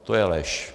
To je lež.